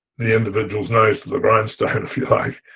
the individual's nose to the grindstone if you like,